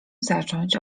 zacząć